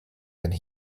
that